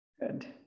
Good